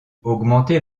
augmenter